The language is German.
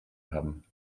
haben